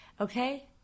Okay